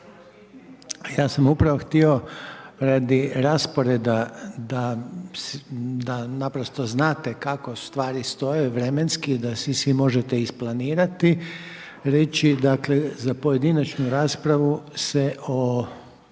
Ja sam upravo htio radi rasporeda, na naprosto znate kako stvari stoje, vremenski, da si svi možete isplanirati, reći, dakle, za pojedinačnu raspravu se o